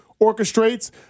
orchestrates